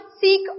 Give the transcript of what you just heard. seek